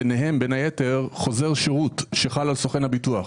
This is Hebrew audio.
בין היתר חוזר שירות שחל על סוכן הביטוח.